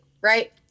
right